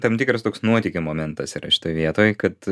tam tikras toks nuotykio momentas yra šitoj vietoj kad